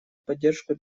поддержку